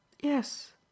Yes